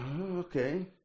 Okay